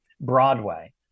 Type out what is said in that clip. Broadway